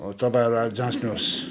तपाईँहरू अलिक जाच्नुहोस्